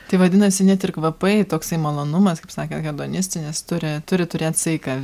tai vadinasi net ir kvapai toksai malonumas kaip sakė hedonistinis turi turi turėt saiką